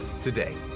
today